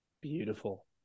Beautiful